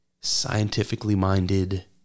scientifically-minded